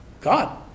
God